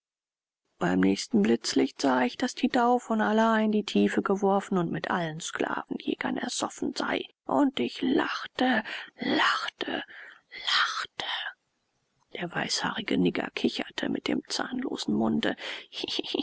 beim nächsten blitzlicht sah ich daß die dhau von allah in die tiefe geworfen und mit allen sklavenjägern ersoffen sei und ich lachte lachte lachte der weißhaarige nigger kicherte mit dem zahnlosen munde